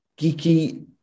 geeky